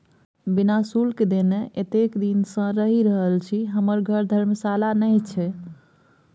बिना शुल्क देने एतेक दिन सँ रहि रहल छी हमर घर धर्मशाला नहि छै